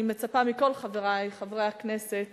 אני מצפה מכל חברי חברי הכנסת